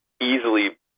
easily